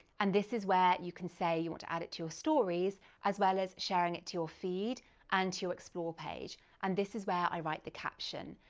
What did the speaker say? and this is where you can say you want to add it to your stories, as well as sharing it to your feed and to your explore page. and this is where i write the caption.